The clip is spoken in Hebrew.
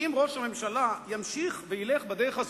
שאם ראש הממשלה ימשיך וילך בדרך הזאת,